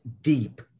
deep